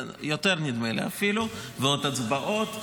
נדמה לי שיותר אפילו, ועוד הצבעות.